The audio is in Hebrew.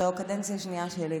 זו כבר קדנציה שנייה שלי,